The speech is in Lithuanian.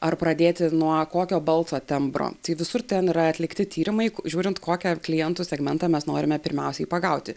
ar pradėti nuo kokio balso tembro tai visur ten yra atlikti tyrimai žiūrint kokią klientų segmentą mes norime pirmiausiai pagauti